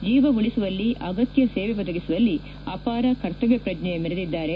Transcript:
ಜೀವ ಉಳಸುವಲ್ಲಿ ಅಗತ್ಯ ಸೇವೆ ಒದಗಿಸುವಲ್ಲಿ ಅಪಾರ ಕರ್ತವ್ಯ ಪ್ರಜ್ಞೆ ಮೆರೆದಿದ್ದಾರೆ